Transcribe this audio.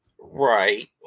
Right